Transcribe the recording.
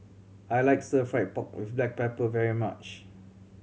I like Stir Fried Pork With Black Pepper very much